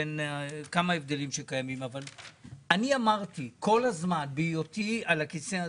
יש כמה הבדלים שקיימים אני אמרתי כל הזמן בהיותי על הכיסא הזה,